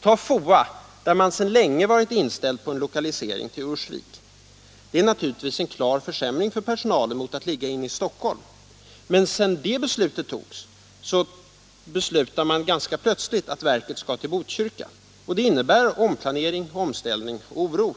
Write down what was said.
Tag FOA, där personalen sedan länge varit inställd på en utlokalisering till Ursvik. Det är naturligtvis en klar försämring för personalen, som förut haft sin arbetsplats inne i Stockholm. Men sedan beslöt man ganska plötsligt att verket i stället skall till Botkyrka. Det innebär omplanering, omställning och oro